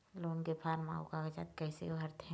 Loan के form अऊ कागजात कइसे भरथें?